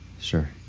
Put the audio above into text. Sure